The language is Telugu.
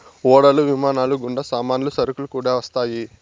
ఓడలు విమానాలు గుండా సామాన్లు సరుకులు కూడా వస్తాయి